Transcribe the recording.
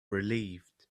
relieved